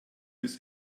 bis